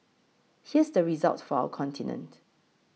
here's the result for our continent